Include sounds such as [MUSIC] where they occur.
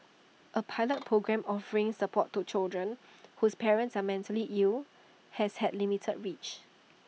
A pilot [NOISE] programme offering support to children whose parents are mentally ill has had limited reach